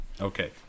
okay